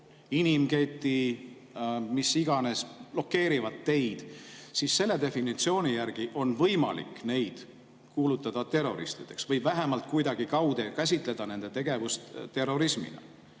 inimketi või mis iganes, blokeerivad teid, siis selle definitsiooni järgi on võimalik nad kuulutada terroristideks või vähemalt kuidagi kaude käsitleda nende tegevust terrorismina.